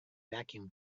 vacuum